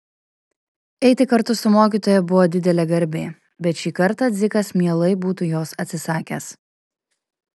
eiti kartu su mokytoja buvo didelė garbė bet šį kartą dzikas mielai būtų jos atsisakęs